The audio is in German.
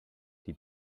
die